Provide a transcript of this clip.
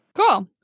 Cool